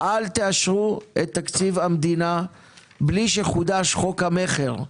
אל תאשרו את תקציב המדינה בלי שחודש חוק המכר.